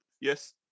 yes